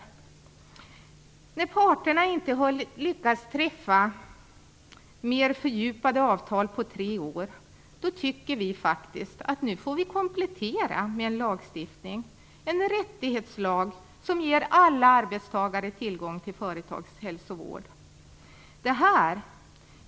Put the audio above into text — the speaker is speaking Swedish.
Eftersom parterna inte har lyckats träffa fördjupade avtal på tre år tycker vi att vi får komplettera med en lagstiftning - en rättighetslag som ger alla anställda tillgång till företagshälsovård.